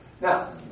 Now